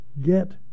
Get